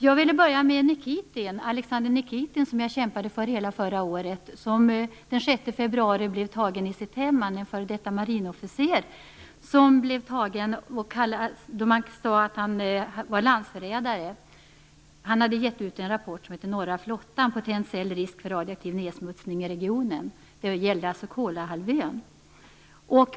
Jag vill börja med Alexander Nikitin, som är f.d. marinofficer och som jag kämpade för hela förra året, som den 6 februari blev tagen i sitt hem och beskylld för att vara landsförrädare. Han hade givit ut en rapport som hette Norra flottan - potentiell risk för radioaktiv nedsmutsning i regionen. Den gällde alltså Kolahalvön.